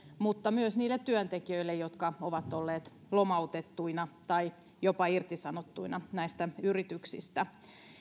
mutta myös niille työntekijöille jotka ovat olleet lomautettuina tai jopa irtisanottuina näistä yrityksistä